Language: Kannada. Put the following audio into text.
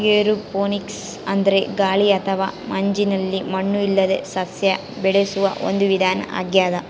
ಏರೋಪೋನಿಕ್ಸ್ ಅಂದ್ರೆ ಗಾಳಿ ಅಥವಾ ಮಂಜಿನಲ್ಲಿ ಮಣ್ಣು ಇಲ್ಲದೇ ಸಸ್ಯ ಬೆಳೆಸುವ ಒಂದು ವಿಧಾನ ಆಗ್ಯಾದ